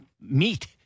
meat